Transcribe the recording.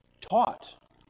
taught